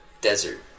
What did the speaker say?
desert